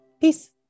Peace